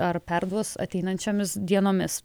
ar perduos ateinančiomis dienomis